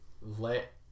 let